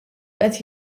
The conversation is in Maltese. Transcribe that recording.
qed